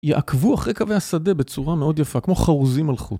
יעקבו אחרי קווי השדה בצורה מאוד יפה, כמו חרוזים על חוט.